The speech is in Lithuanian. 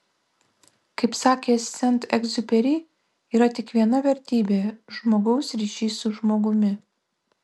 kaip sakė sent egziuperi yra tik viena vertybė žmogaus ryšys su žmogumi